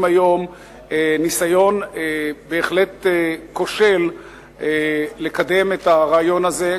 היום ניסיון בהחלט כושל לקדם את הרעיון הזה,